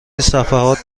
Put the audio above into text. صفحات